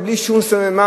בלי שום סממן